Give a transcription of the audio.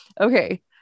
okay